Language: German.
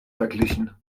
verglichen